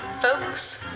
Folks